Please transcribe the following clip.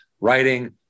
writing